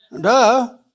Duh